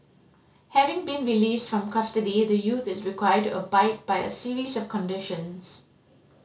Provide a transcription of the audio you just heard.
having been released from custody the youth is required to abide by a series of conditions